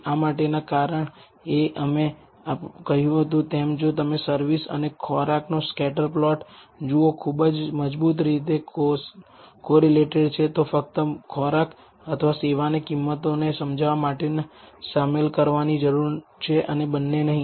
આ માટેના કારણએ આપણે કહ્યું તેમ જો તમે સર્વિસ અને ખોરાક નો સ્કેટર પ્લોટ જુઓ ખૂબ જ મજબુત રીતે કોરિલેટેડ છે તો ફક્ત ખોરાક અથવા સેવાને કિંમતોને સમજાવવા માટે શામેલ કરવાની જરૂર છે અને બંને નહીં